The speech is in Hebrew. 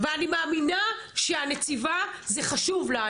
ואני מאמינה שהנציבה זה חשוב לה,